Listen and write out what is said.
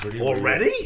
Already